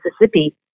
Mississippi